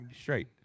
straight